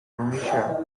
leisure